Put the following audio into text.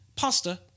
Pasta